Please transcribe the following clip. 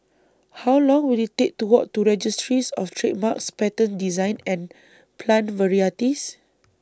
How Long Will IT Take to Walk to Registries of Trademarks Patents Designs and Plant Varieties